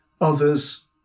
Others